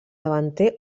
davanter